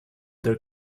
their